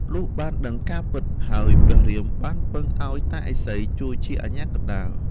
លុះបានដឹងការពិត ហើយព្រះរាមបានពឹងឱ្យតាឥសីជួយជាអាជ្ញាកណ្តាល។